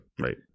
Right